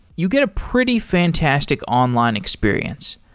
you get a pretty fantastic online experience,